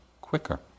quicker